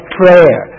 prayer